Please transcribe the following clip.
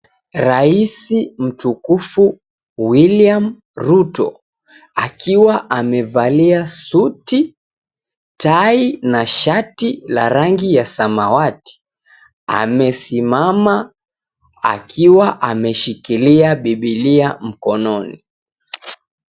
Rais mtukufu William Ruto, akiwa amevalia suti, tai na shati la rangi ya samawati. Amesimama akiwa ameshikilia bibilia mkononi.